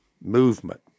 movement